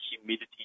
humidity